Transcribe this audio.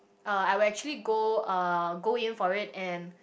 uh I will actually go uh go in for it and